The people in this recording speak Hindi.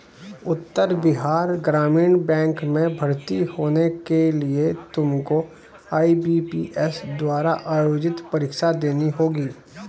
उत्तर बिहार ग्रामीण बैंक में भर्ती होने के लिए तुमको आई.बी.पी.एस द्वारा आयोजित परीक्षा देनी होगी